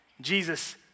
Jesus